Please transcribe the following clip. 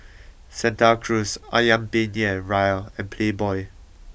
Santa Cruz Ayam Penyet Ria and Playboy